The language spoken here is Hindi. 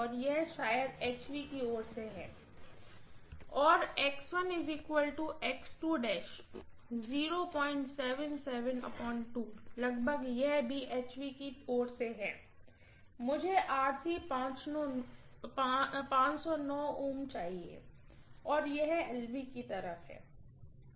और यह शायद एचवी की ओर से है और लगभग यह भी HV की ओर से है और मुझे 509 Ω चाहिए यह LV की तरफ से है